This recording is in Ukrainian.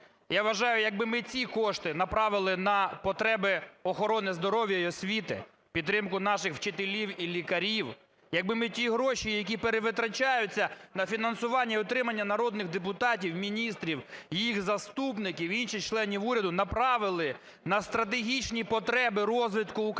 Я вважаю, як би ми ці кошти направили на потреби охорони здоров'я і освіти, підтримку наших вчителів і лікарів, як би ми ті гроші, які перевитрачаються на фінансування і утримання народних депутатів, міністрів, їх заступників і інших членів уряду, направили на стратегічні потреби розвитку української